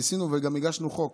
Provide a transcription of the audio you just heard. ניסינו וגם הגשנו חוק,